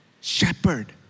shepherd